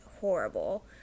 horrible